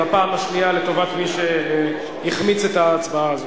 בפעם השנייה לטובת מי שהחמיץ את ההצבעה הזאת.